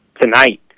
tonight